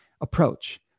approach